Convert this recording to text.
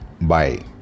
bye